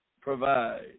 provide